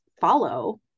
follow